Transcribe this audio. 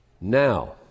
Now